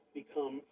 become